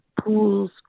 pools